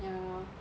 ya lor